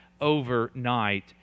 overnight